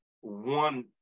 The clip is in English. one